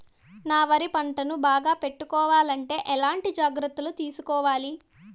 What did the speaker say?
నా వరి పంటను బాగా పెట్టుకోవాలంటే ఎట్లాంటి జాగ్రత్త లు తీసుకోవాలి?